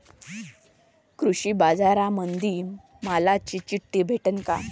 कृषीबाजारामंदी मालाची चिट्ठी भेटते काय?